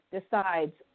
decides